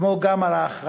כמו גם הכרזה